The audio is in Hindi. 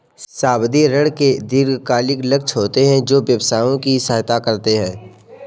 सावधि ऋण के दीर्घकालिक लक्ष्य होते हैं जो व्यवसायों की सहायता करते हैं